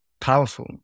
powerful